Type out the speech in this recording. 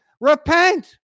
Repent